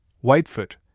Whitefoot